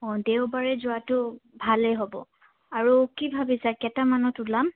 অঁ দেওবাৰে যোৱাটো ভালেই হ'ব আৰু কি ভাবিছা কেইটামানত ওলাম